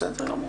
בסדר גמור.